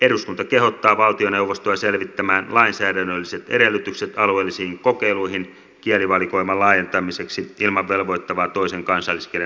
eduskunta kehottaa valtioneuvostoa selvittämään lainsäädännölliset edellytykset alueellisiin kokeiluihin kielivalikoiman laajentamiseksi ilman velvoittavaa toisen kansalliskielen opiskelua